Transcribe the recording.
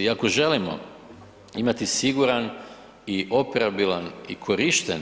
I ako želimo imati siguran i operabilan i korišten